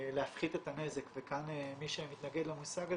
להפחית את הנזק וכאן מי שמתנגד למושג הזה,